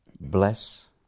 Bless